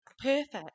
Perfect